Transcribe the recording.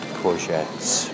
courgettes